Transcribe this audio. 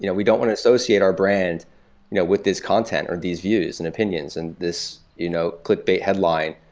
you know we don't want to associate our brand you know with this content, or these views, and opinions, and this you know like but headline,